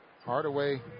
Hardaway